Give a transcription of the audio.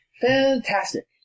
Fantastic